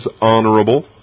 honorable